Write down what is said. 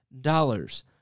dollars